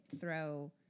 throw